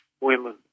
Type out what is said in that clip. women